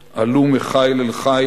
לכו בכוחכם זה, עלו מחיל אל חיל,